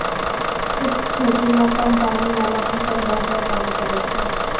शुष्क खेती मे कम पानी वाला फसल बेहतर काम करै छै